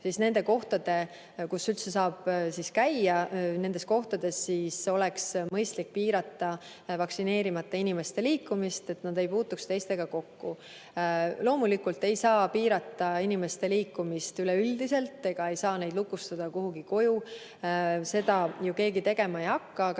nendes kohtades, kus üldse saab käia, oleks mõistlik piirata vaktsineerimata inimeste liikumist, et nad ei puutuks teistega kokku. Loomulikult ei saa piirata inimeste liikumist üleüldiselt ega saa neid lukustada koju. Seda ju keegi tegema ei hakka. Aga